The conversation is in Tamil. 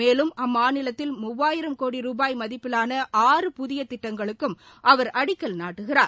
மேலும் அம்மாநிலத்தில் மூவாயிரம் கோடி ரூபாய் மதிப்பிலான ஆறு புதிய திட்டங்களுக்கும் அவர் அடிக்கல் நாட்டுகிறார்